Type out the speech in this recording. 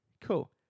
Cool